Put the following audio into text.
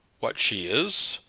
what she is?